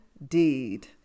Indeed